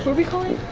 we calling?